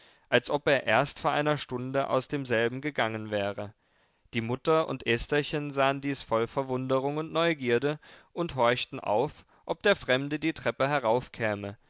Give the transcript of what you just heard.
als ob er erst vor einer stunde aus demselben gegangen wäre die mutter und estherchen sahen dies voll verwunderung und neugierde und horchten auf ob der fremde die treppe